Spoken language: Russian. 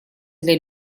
для